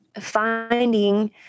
finding